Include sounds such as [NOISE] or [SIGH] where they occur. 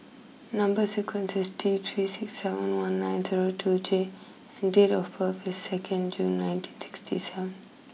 number [UNINTELLIGIBLE] is T three six seven one nine zero two J and date of birth is second June nineteen sixty seven